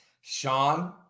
Sean